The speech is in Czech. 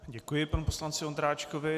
Děkuji panu poslanci Ondráčkovi.